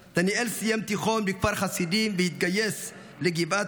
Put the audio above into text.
דניאל סיים תיכון בכפר חסידים והתגייס לגבעתי,